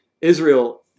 Israel